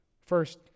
First